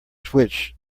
switch